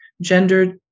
gender